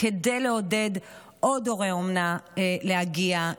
כדי לעודד עוד הורה אומנה להגיע,